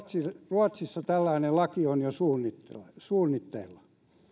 ruotsissa tällainen laki on jo suunnitteilla suunnitteilla